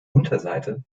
unterseite